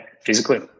physically